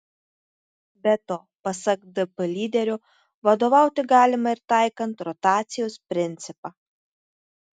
be to pasak dp lyderio vadovauti galima ir taikant rotacijos principą